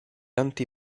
anti